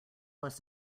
less